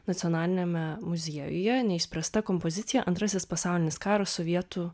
nacionaliniame muziejuje neišspręsta kompozicija antrasis pasaulinis karas sovietų